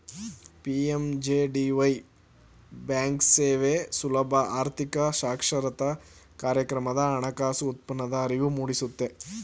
PMJDY ಬ್ಯಾಂಕ್ಸೇವೆಗೆ ಸುಲಭ ಆರ್ಥಿಕ ಸಾಕ್ಷರತಾ ಕಾರ್ಯಕ್ರಮದ ಹಣಕಾಸು ಉತ್ಪನ್ನದ ಅರಿವು ಮೂಡಿಸುತ್ತೆ